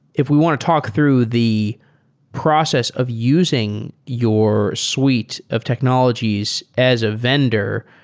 if we want to talk through the process of using your suite of technologies as a vendor,